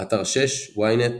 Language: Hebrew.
באתר ynet,